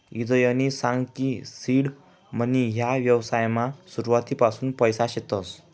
ईजयनी सांग की सीड मनी ह्या व्यवसायमा सुरुवातपासून पैसा शेतस